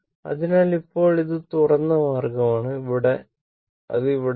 അതിനാൽ ഇപ്പോൾ ഇത് തുറന്ന മാർഗമാണ് അത് അവിടെ ഇല്ല